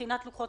לוחות